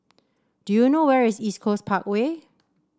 do you know where is East Coast Parkway